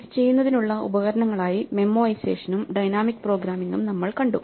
ഇത് ചെയ്യുന്നതിനുള്ള ഉപകരണങ്ങളായി മെമ്മോഐസേഷനും ഡൈനാമിക് പ്രോഗ്രാമിംഗും നമ്മൾ കണ്ടു